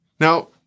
Now